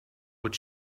what